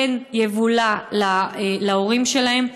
פן יבולע להורים שלהם,